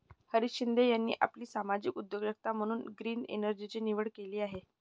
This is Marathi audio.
हरीश शिंदे यांनी आपली सामाजिक उद्योजकता म्हणून ग्रीन एनर्जीची निवड केली आहे